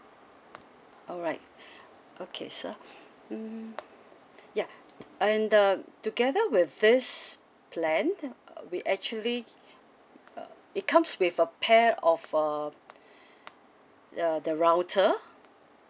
alright okay sir mm ya and the together with this plan uh we actually uh it comes with a pair of a uh the router